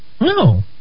No